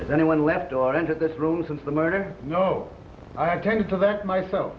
if anyone left or entered this room since the murder i know i tend to that myself